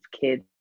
kids